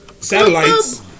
satellites